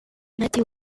matteo